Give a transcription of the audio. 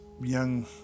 young